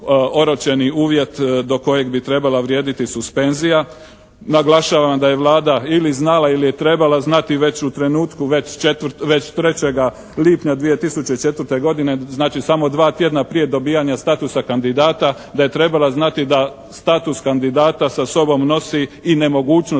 uvjet do kojeg bi trebala vrijediti suspenzija. Naglašavam da je Vlada ili znala ili je trebala znati već u trenutku već 3. lipnja 2004. godine znači samo dva tjedna dobijanja statusa kandidata da je trebala znati da status kandidata sa sobom nosi i nemogućnost